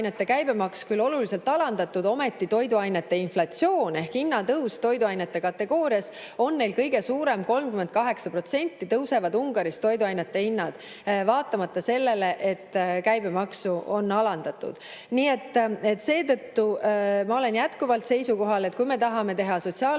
oluliselt alandatud, ometi toiduainete inflatsioon ehk hinnatõus toiduainete kategoorias on neil kõige suurem: 38% tõusevad Ungaris toiduainete hinnad, vaatamata sellele, et käibemaksu on alandatud. Nii et seetõttu ma olen jätkuvalt seisukohal, et kui me tahame teha sotsiaalpoliitikat,